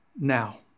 now